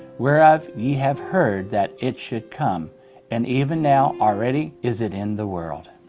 whereof ye have heard that it should come and even now already is it in the world.